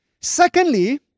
Secondly